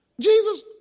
Jesus